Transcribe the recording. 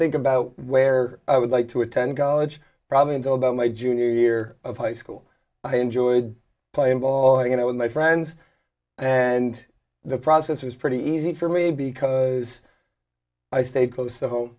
think about where i would like to attend college probably until about my junior year of high school i enjoyed playing ball you know with my friends and the process was pretty easy for me because i stayed close to home